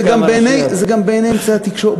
כן, זה גם בעיני אמצעי התקשורת.